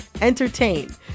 entertain